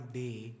day